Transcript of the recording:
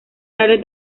tarde